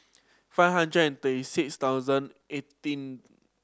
five hundred and thirty six thousand eighteen